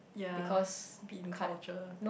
ya bean culture